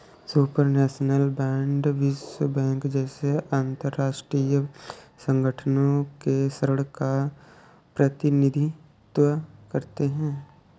supranational bond विश्व bank जैसे अंतरराष्ट्रीय संगठनों के ऋण का प्रतिनिधित्व करते हैं